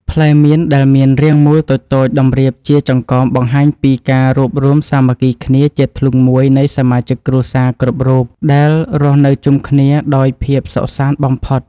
ផ្លែមៀនដែលមានរាងមូលតូចៗតម្រៀបជាចង្កោមបង្ហាញពីការរួបរួមសាមគ្គីគ្នាជាធ្លុងមួយនៃសមាជិកគ្រួសារគ្រប់រូបដែលរស់នៅជុំគ្នាដោយភាពសុខសាន្តបំផុត។